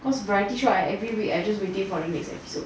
cause variety show I every week I just waiting for the next episode